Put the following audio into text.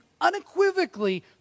unequivocally